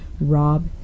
Rob